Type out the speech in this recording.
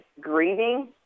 grieving